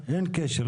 אין קשר,